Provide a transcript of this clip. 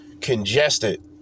congested